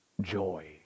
joy